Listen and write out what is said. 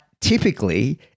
typically